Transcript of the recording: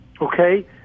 Okay